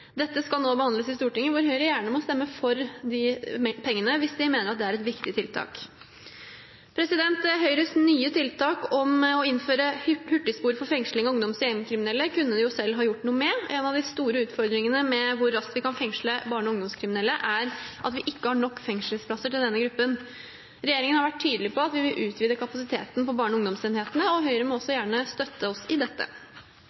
Dette skal nå behandles i Stortinget, og Høyre må gjerne stemme for disse pengene hvis de mener at det er et viktig tiltak. Høyres «nye» tiltak om å innføre hurtigspor for fengsling av ungdoms- og gjengkriminelle kunne de selv ha gjort noe med. En av de store utfordringene med hvor raskt vi kan fengsle barne- og ungdomskriminelle, er at vi ikke har nok fengselsplasser til denne gruppen. Regjeringen har vært tydelig på at vi vil utvide kapasiteten på barne- og ungdomsenhetene, og Høyre må også gjerne støtte oss i dette.